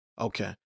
Okay